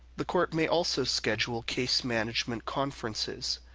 the court may also schedule case management conferences.